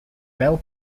bell